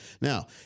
Now